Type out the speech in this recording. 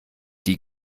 die